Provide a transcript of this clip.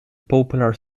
popular